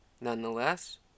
Nonetheless